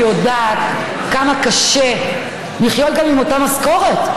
ואני יודעת כמה קשה לחיות עם אותה משכורת,